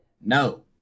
no